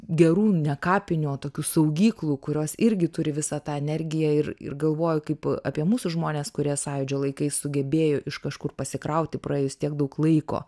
gerų ne kapininių o tokių saugyklų kurios irgi turi visą tą energiją ir ir galvoja kaip apie mūsų žmones kurie sąjūdžio laikais sugebėjo iš kažkur pasikrauti praėjus tiek daug laiko